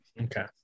Okay